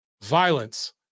violence